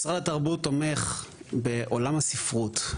משרד התרבות תומך בעולם הספרות,